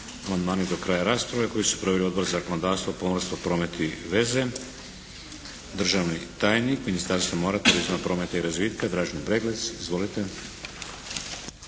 Hvala.